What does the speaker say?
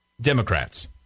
Democrats